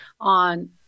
on